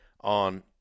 on